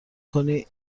کنی